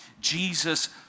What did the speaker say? Jesus